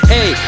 Hey